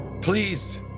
please